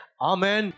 Amen